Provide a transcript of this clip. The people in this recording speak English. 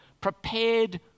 prepared